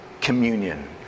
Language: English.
communion